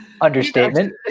understatement